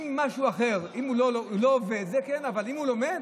אם הוא לא עובד, זה כן, אבל אם הוא לומד?